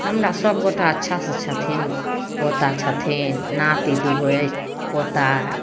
हमरा सभगोटा अच्छा से छथिन पोता छथिन नाति दुइगो अछि पोता